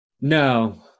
No